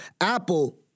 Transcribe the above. Apple